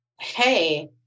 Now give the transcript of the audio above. hey